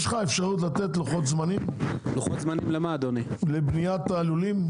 יש לך אפשרות לתת לוחות זמנים לבניית הלולים?